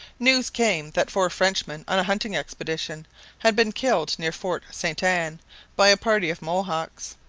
news came that four frenchmen on a hunting expedition had been killed near fort sainte-anne by a party of mohawks,